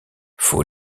faut